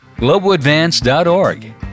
Globaladvance.org